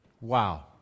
Wow